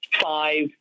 five